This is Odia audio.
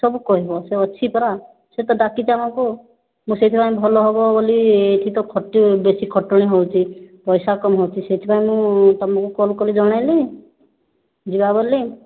ସବୁ କହିବ ସେ ଅଛି ପରା ସେ ତ ଡାକିଛି ଆମକୁ ମୁଁ ସେଇଥିପାଇଁ ଭଲ ହେବ ବୋଲି ଏଇଠି ତ ବେଶୀ ଖଟଣି ହେଉଛି ପଇସା କମ୍ ହେଉଛି ସେଥିପାଇଁ ମୁଁ ତୁମକୁ କଲ୍ କଲି ଜଣାଇଲି ଯିବା ବୋଲି